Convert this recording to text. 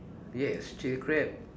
yes chili crab